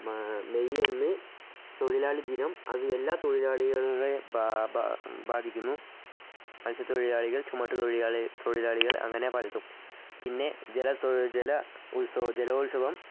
May ഒന്ന് തൊഴിലാളി ദിനം അത് എല്ലാ തൊഴിലാളികളുടെ ബാധിക്കുന്നു മത്സ്യ തൊഴിലാളികൾ ചുമട്ട് തൊഴിലാളികൾ അങ്ങനെ പലതും പിന്നെ ജല ജല ജലോത്സവം